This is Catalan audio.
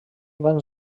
van